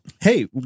hey